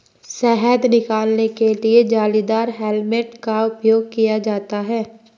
शहद निकालने के लिए जालीदार हेलमेट का उपयोग किया जाता है